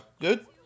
good